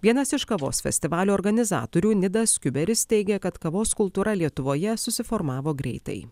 vienas iš kavos festivalio organizatorių nidas kiuberis teigia kad kavos kultūra lietuvoje susiformavo greitai